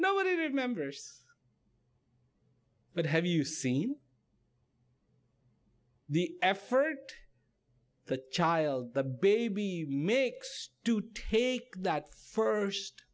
one remembers but have you seen the effort the child the baby mix to take that first